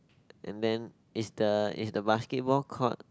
and then is the is the basketball court